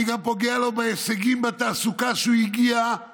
אני גם פוגע בהישגים בתעסוקה שהוא הגיע אליהם